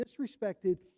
disrespected